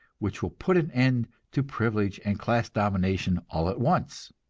which will put an end to privilege and class domination all at once.